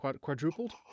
quadrupled